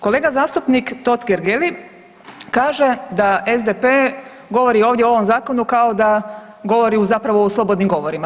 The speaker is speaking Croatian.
Kolega zastupnik Totgergeli kaže da SDP govori ovdje o ovom Zakonu kao da govori zapravo u slobodnim govorima.